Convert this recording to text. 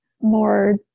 more